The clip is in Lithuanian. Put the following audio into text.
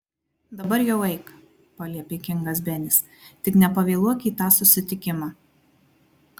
dabar jau eik paliepė kingas benis tik nepavėluok į tą susitikimą